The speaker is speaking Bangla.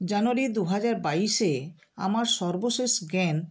জানুয়ারি দু হাজার বাইশে আমার সর্বশেষ জ্ঞান